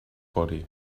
body